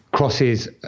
Crosses